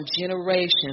generations